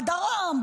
בדרום,